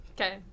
Okay